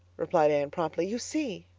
replied anne promptly. you see,